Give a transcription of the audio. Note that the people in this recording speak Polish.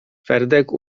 fredek